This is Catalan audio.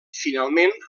finalment